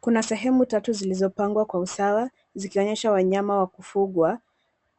Kuna sehemu tatu zilizopangwa kwa usawa zikionyesha wanyama wa kufugwa